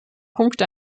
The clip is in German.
punkte